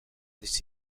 this